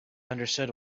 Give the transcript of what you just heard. understood